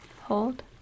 Hold